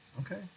Okay